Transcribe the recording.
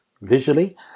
visually